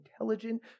intelligent